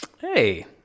hey